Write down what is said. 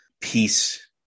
peace